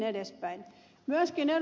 myöskin ed